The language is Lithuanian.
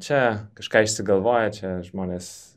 čia kažką išsigalvoja čia žmonės